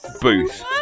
booth